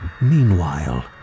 Meanwhile